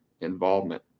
involvement